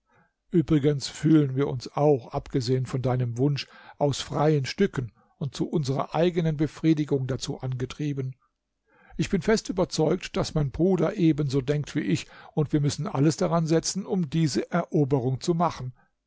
übrigens fühlen wir uns auch abgesehen von deinem wunsch aus freien stücken und zu unserer eigenen befriedigung dazu angetrieben ich bin fest überzeugt daß mein bruder ebenso denkt wie ich und wir müssen alles daran setzen um diese eroberung zu machen